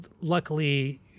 luckily